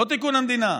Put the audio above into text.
לא תיקון המדינה,